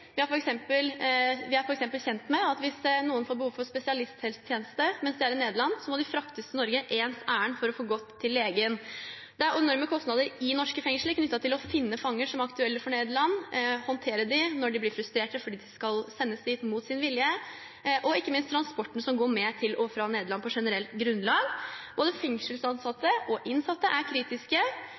Vi er f.eks. kjent med at hvis noen får behov for spesialisthelsetjeneste mens de er i Nederland, må de fraktes til Norge ens ærend for å få gått til legen. Det er enorme kostnader for norske fengsler knyttet til å finne fanger som er aktuelle for Nederland, og å håndtere dem når de blir frustrerte fordi de skal sendes dit mot sin vilje – det gjelder ikke minst transporten som går til og fra Nederland på generelt grunnlag. Både fengselsansatte og innsatte er kritiske